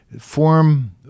form